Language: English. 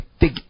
Big